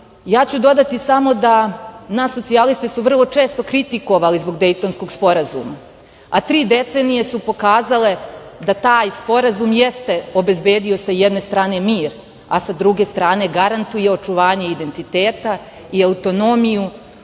ja ću dodati samo da nas socijaliste su vrlo često kritikovali zbog Dejtonskog sporazuma, a tri decenije su pokazale da taj sporazum jeste obezbedio sa jedne strane mir, a sa druge strane garantuje očuvanje identiteta i autonomiju